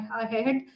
ahead